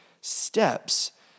steps